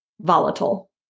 volatile